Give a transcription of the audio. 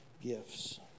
gifts